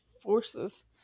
forces